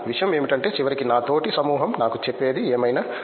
కానీ విషయం ఏమిటంటే చివరికి నా తోటి సమూహం నాకు చెప్పేది ఏమైనా